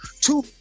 two